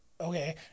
Okay